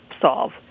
solve